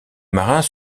marins